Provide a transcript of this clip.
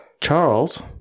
Charles